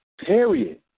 Period